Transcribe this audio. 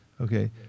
Okay